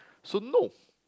so no